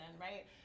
right